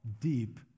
deep